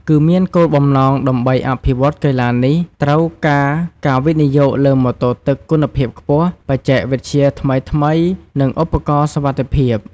គឺមានគោលបំណងដើម្បីអភិវឌ្ឍកីឡានេះ ត្រូវការការវិនិយោគលើម៉ូតូទឹកគុណភាពខ្ពស់ បច្ចេកវិទ្យាថ្មីៗ និងឧបករណ៍សុវត្ថិភាព។